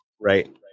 Right